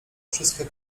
wszystkie